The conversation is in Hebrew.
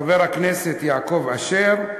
חבר הכנסת יעקב אשר,